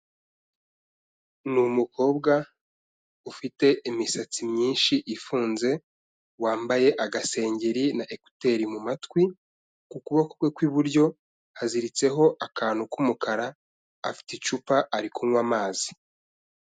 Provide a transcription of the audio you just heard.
Ni umukobwa ufite imisatsi myinshi ifunze, wambaye agasengeri na ekuteri mu matwi, ku kuboko kwe kw'iburyo haziritseho akantu k'umukara, afite icupa ari kunywa amazi.